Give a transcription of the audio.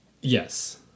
Yes